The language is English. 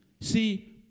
See